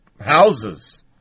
houses